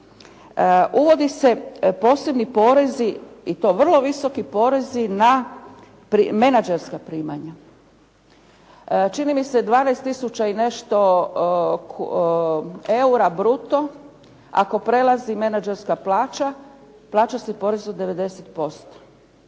uvodi se posebni porezi i to vrlo visoki porezi na menađerska primanja. Čini mi se 12000 i nešto eura bruto ako prelazi menađerska plaća plaća se porez od 90%.